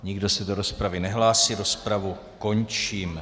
Nikdo se do rozpravy nehlásí, rozpravu končím.